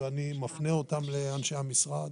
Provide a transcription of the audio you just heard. ואני מפנה אותם לאנשי המשרד